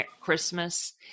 Christmas